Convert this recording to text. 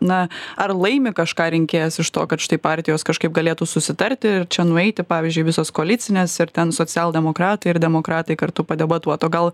na ar laimi kažką rinkėjas iš to kad štai partijos kažkaip galėtų susitarti ir čia nueiti pavyzdžiui visos koalicinės ir ten socialdemokratai ir demokratai kartu padebatuot o gal